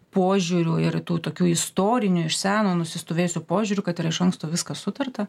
požiūrių ir tų tokių istorinių iš seno nusistovėjusių požiūrių kad yra iš anksto viskas sutarta